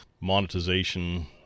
monetization